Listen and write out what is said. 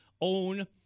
own